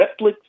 Netflix